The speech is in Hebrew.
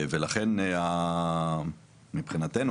ולכן מבחינתנו,